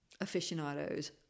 aficionados